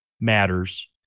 matters